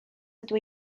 ydw